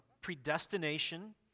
predestination